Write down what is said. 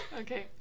Okay